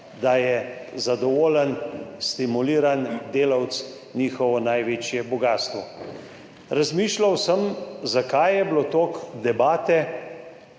da je zadovoljen stimuliran delavec njihovo največje bogastvo. Razmišljal sem, zakaj je bilo toliko debate